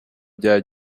bya